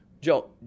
Joe